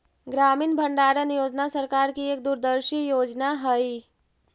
ग्रामीण भंडारण योजना सरकार की एक दूरदर्शी योजना हई